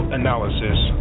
analysis